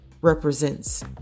represents